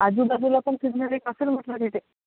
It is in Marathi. आजूबाजूला पण फिरण्यालायक असेल म्हटलं तिथे